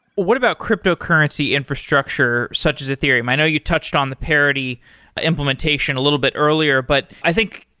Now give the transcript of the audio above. what about cryptocurrency infrastructure, such as ethereum? i know you touched on the parity implementation a little bit earlier. but i think,